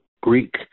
greek